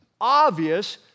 obvious